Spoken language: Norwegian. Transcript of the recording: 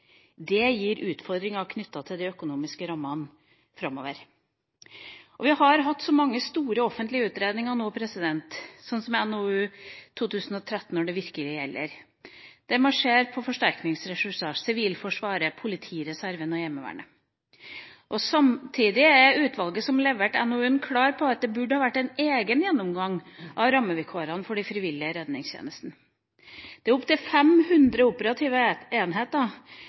Det gir utfordringer knyttet til de økonomiske rammene framover. Vi har hatt mange store offentlige utredninger, som f.eks. NOU 2013: 5 Når det virkelig gjelder, der man ser på forsterkningsressurser – Sivilforsvaret, politireserven og Heimevernet. Samtidig er utvalget som leverte NOU-en, klare på at det burde vært en egen gjennomgang av rammevilkårene for de frivillige redningstjenestene. Det er opp til 500 operative enheter,